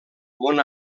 món